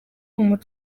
muri